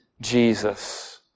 Jesus